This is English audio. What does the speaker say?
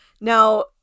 Now